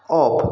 off